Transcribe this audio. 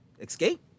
Escape